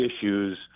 issues